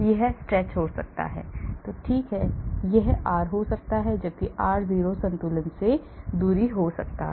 यह stretch हो सकता है ठीक है यह r हो सकता है जबकि r0 संतुलन में दूरी हो सकती है जब इसे खींचा नहीं जाता है